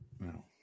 no